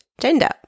gender